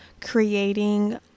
creating